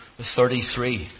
33